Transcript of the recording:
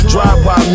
Drive-by